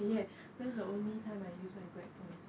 ya that's the only time I use my grab points